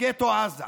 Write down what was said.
בגטו עזה.